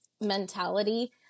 mentality